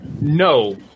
No